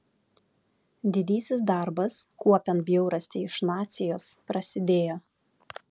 didysis darbas kuopiant bjaurastį iš nacijos prasidėjo